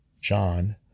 John